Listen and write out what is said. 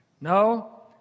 No